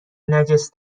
نجس